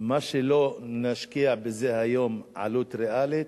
במה שלא נשקיע היום, עלות ריאלית,